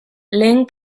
lehen